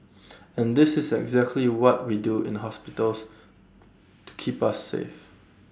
and this is exactly what we do in hospitals to keep us safe